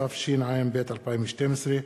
התשע"ב 2012,